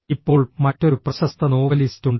ഇപ്പോൾ മറ്റൊരു പ്രശസ്ത നോവലിസ്റ്റ് ഉണ്ട്